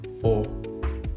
four